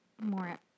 more